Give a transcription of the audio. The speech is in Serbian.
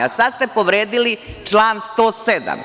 A sada ste povredili član 107.